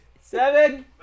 Seven